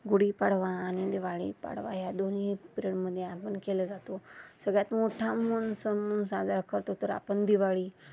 गुढीपाडवा आणि दिवाळी पाडवा ह्या दोन्ही पिरियडमध्ये आपण केला जातो सगळ्यात मोठा म्हणून सण म्हणून साजरा करतो तर आपण दिवाळी